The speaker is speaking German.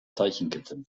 zeichenkette